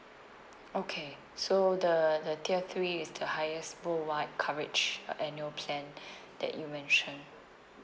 okay so the the tier three is the highest worldwide coverage uh annual plan that you mention